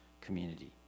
community